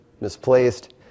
misplaced